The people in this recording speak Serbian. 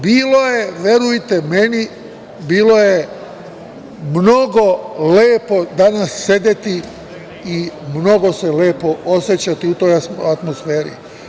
Bilo je, verujte meni, bilo je mnogo lepo danas sediti i mnogo se lepo osećam u toj atmosferi.